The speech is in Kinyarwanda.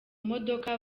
modoka